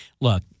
look